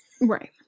Right